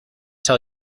tell